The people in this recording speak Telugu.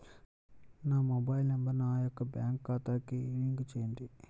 నా మొబైల్ నంబర్ నా యొక్క బ్యాంక్ ఖాతాకి లింక్ చేయండీ?